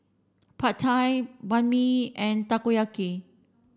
Pad Thai Banh Mi and Takoyaki